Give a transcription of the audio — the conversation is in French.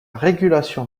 régulation